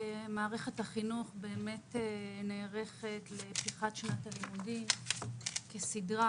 מערכת החינוך נערכת לפתיחת שנת הלימודים כסדרה.